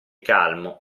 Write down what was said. calmo